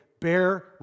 bear